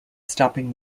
stopping